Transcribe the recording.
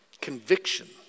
Conviction